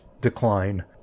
decline